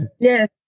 Yes